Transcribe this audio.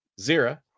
Zira